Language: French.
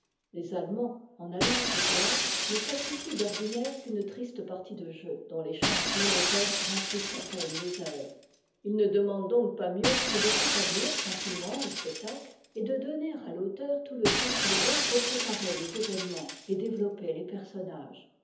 les allemands en allant au théâtre ne sacrifient d'ordinaire qu'une triste partie de jeu dont les chances monotones remplissent à peine les heures ils ne demandent donc pas mieux que de s'étabhr tranquillement au spectacle et de donner à'l'auteur tout te temps qu'il veut pour préparer es événements et déve opper les personnages